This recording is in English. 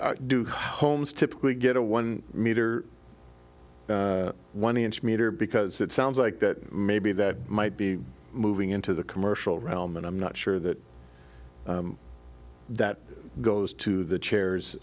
to do homes typically get a one meter one inch meter because it sounds like that maybe that might be moving into the commercial realm and i'm not sure that that goes to the